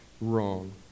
wrong